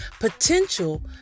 Potential